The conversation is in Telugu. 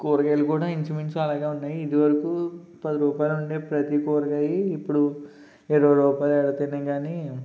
కూరగాయలు కూడా ఇంచుమించు అలాగే ఉన్నాయి ఇదివరకు పది రూపాయలు ఉండే ప్రతి కూరగాయి ఇప్పుడు ఇరవై రూపాయలు పెడితేనే కానీ